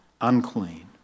unclean